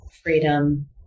Freedom